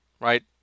right